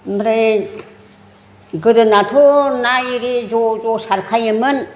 ओमफ्राय गोदोनाथ' ना आरि ज' ज' सारखायोमोन